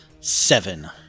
Seven